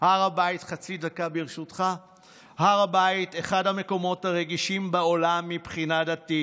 הר הבית הוא אחד המקומות הרגישים בעולם מבחינה דתית.